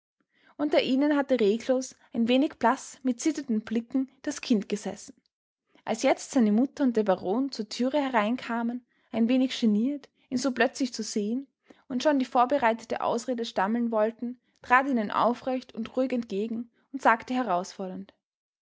unter ihnen hatte reglos ein wenig blaß mit zitternden blicken das kind gesessen als jetzt seine mutter und der baron zur türe hereinkamen ein wenig geniert ihn so plötzlich zu sehen und schon die vorbereitete ausrede stammeln wollten trat er ihnen aufrecht und ruhig entgegen und sagte herausfordernd